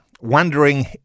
wondering